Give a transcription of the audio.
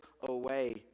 away